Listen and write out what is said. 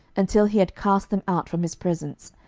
until he had cast them out from his presence,